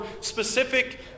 specific